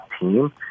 team